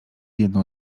jedną